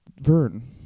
Vern